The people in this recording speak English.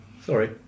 Sorry